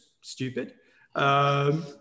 stupid